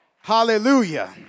Hallelujah